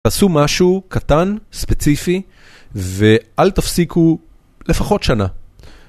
עשו משהו קטן, ספציפי, ואל תפסיקו לפחות שנה.